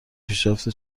پیشرفت